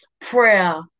prayer